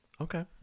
Okay